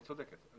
היא צודקת.